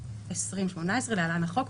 התשע"ח-201 (להלן החוק),